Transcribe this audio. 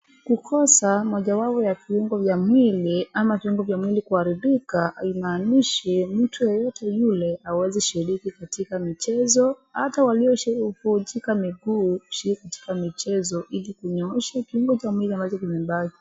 Kukosa moja wao ya kiungo vya mwili ama kiungo vya mwili kuharibika haimaanishi mtu yeyote yule hawezi shiriki katika michezo hata walioshai kuvujika miguu hushiriki katika michezo ili kunyoosha kiungo cha mwili ambacho kimebaki